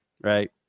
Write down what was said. right